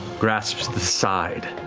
grasps the side.